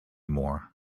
more